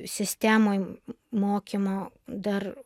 sistemoj mokymo dar